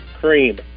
cream